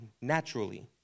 naturally